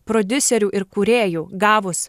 prodiuserių ir kūrėjų gavus